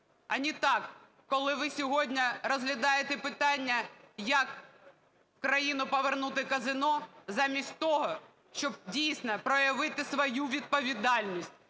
А не так, коли ви сьогодні розглядаєте питання, як в країну повернути казино замість того, щоб дійсно проявити свою відповідальність